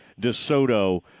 Desoto